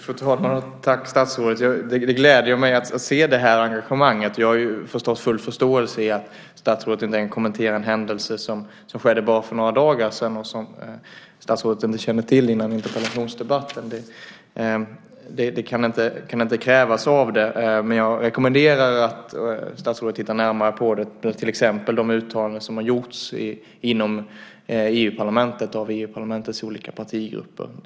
Fru talman! Tack, statsrådet! Det gläder mig att se det här engagemanget. Jag har förstås full förståelse för att statsrådet inte kan kommentera en händelse som skedde för bara några dagar sedan och som statsrådet inte kände till före interpellationsdebatten. Det kan inte krävas av henne. Jag rekommenderar dock att statsrådet tittar närmare på detta, till exempel de uttalanden som gjorts inom EU-parlamentet av EU-parlamentets olika partigrupper.